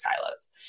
silos